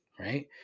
right